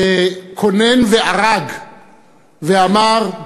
שקונן וערג ואמר: